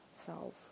self